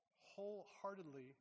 wholeheartedly